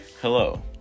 Hello